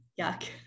yuck